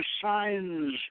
signs